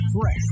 fresh